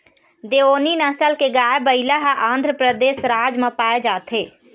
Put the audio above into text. देओनी नसल के गाय, बइला ह आंध्रपरदेस राज म पाए जाथे